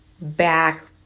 back